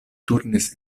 turnis